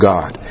God